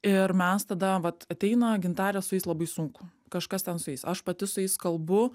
ir mes tada vat ateina gintarė su jais labai sunku kažkas ten su jais aš pati su jais kalbu